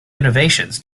innovations